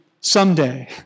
someday